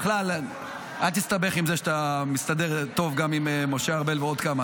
אל תסתבך עם זה שאתה מסתדר טוב גם עם משה ארבל ועוד כמה.